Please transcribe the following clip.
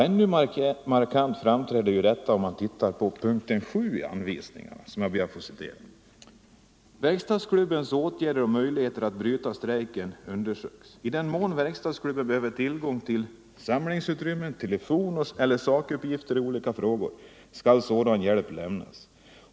Ännu mer markant framträder detta i punkten 7 i anvisningarna, som jag ber att få citera: ”Verkstadsklubbens åtgärder och möjligheter att bryta strejken undersöks. I den mån verkstadsklubben behöver tillgång till samlingsutrymmen, telefon eller sakuppgifter i olika frågor, skall sådan hjälp lämnas.